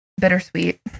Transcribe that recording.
bittersweet